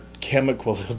chemical